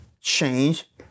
change